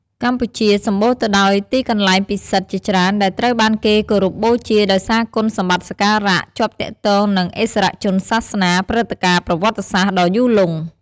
កម្ពុជាសម្បូរទៅដោយទីកន្លែងពិសិដ្ឋជាច្រើន ដែលត្រូវបានគេគោរពបូជាដោយសារគុណសម្បត្តិសក្ការៈ ជាប់ទាក់ទងនឹងឥស្សរជនសាសនា ព្រឹត្តិការណ៍ប្រវត្តិសាស្ត្រ ដ៏យូរលង់។